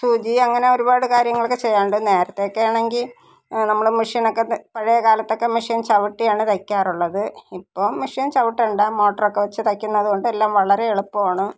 സൂചി അങ്ങനെ ഒരുപാട് കാര്യങ്ങളൊക്കെ ചെയ്യാനുണ്ട് നേരത്തെ ഒക്കെ ആണെങ്കിൽ നമ്മൾ മെഷീനൊക്കെ ത പഴയ കാലത്തൊക്കെ മെഷീന് ചവിട്ടിയാണ് തയ്ക്കാറുള്ളത് ഇപ്പോൾ മെഷീന് ചവിട്ടണ്ട മോട്ടൊറൊക്കെ വച്ച് തയ്ക്കുന്നത് കൊണ്ട് എല്ലാം വളരെ എളുപ്പമാണ്